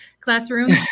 classrooms